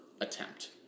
attempt